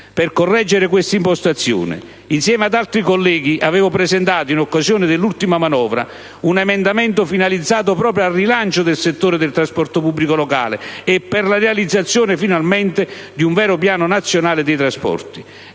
Per correggere questa impostazione, insieme ad altri colleghi avevo presentato, in occasione dell'ultima manovra, un emendamento finalizzato proprio al rilancio del settore del trasporto pubblico locale e per la realizzazione finalmente di un vero piano nazionale dei trasporti.